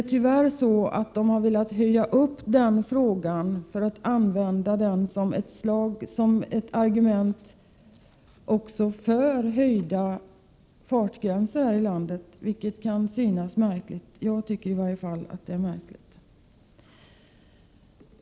Tyvärr har dessa organisationer samtidigt velat använda sin inställning när det gäller rattonykterhet som ett argument för höjda fartgränser, något som kan synas märkligt. Jag tycker i varje fall att det är märkligt.